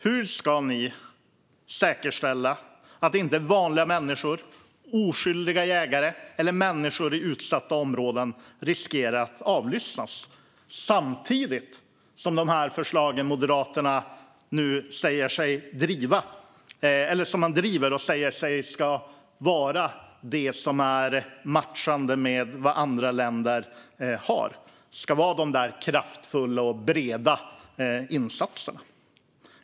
Hur ska ni säkerställa att inte vanliga människor, oskyldiga människor i utsatta områden, riskerar att avlyssnas? Samtidigt driver Moderaterna förslag som de säger är matchande med det system som andra länder har med kraftfulla och breda insatser.